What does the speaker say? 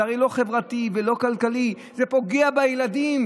זה הרי לא חברתי ולא כלכלי, זה פוגע בילדים.